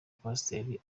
pasiteri